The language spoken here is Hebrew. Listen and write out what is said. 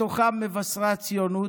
בתוכם מבשרי הציונות,